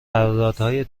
قراردادهای